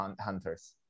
hunters